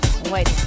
Wait